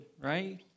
right